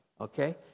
okay